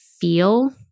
feel